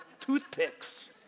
toothpicks